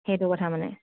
সেইটো কথা মানে